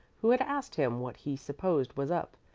who had asked him what he supposed was up,